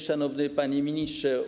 Szanowny Panie Ministrze!